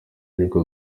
nibyo